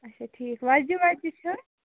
اچھا ٹھیٖکھ وۅزجہِ وۄزجہِ چھا